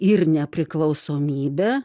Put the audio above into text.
ir nepriklausomybę